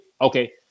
Okay